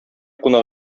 кунак